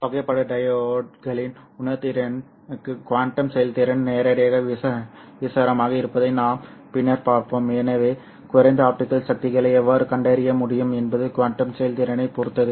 புகைப்பட டையோட்களின் உணர்திறனுக்கு குவாண்டம் செயல்திறன் நேரடியாக விகிதாசாரமாக இருப்பதை நாம் பின்னர் பார்ப்போம் எனவே குறைந்த ஆப்டிகல் சக்திகளை எவ்வாறு கண்டறிய முடியும் என்பது குவாண்டம் செயல்திறனைப் பொறுத்தது